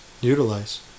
utilize